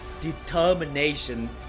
determination